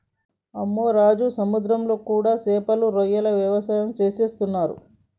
అమ్మె రాజు సముద్రంలో కూడా సేపలు రొయ్యల వ్యవసాయం సేసేస్తున్నరు